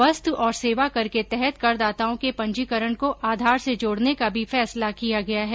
वस्तु और सेवा कर के तहत करदाताओं के पंजीकरण को आधार से जोड़ने का भी फैसला किया गया है